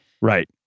Right